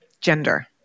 gender